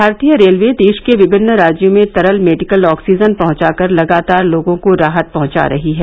भारतीय रेलवे देश के विभिन्न राज्यों में तरल मेडिकल ऑक्सीजन पहंचाकर लगातार लोगों को राहत पहंचा रही है